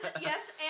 Yes